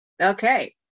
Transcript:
okay